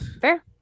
Fair